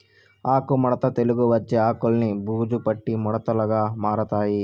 ఆకు ముడత తెగులు వచ్చి ఆకులన్ని బూజు పట్టి ముడతలుగా మారతాయి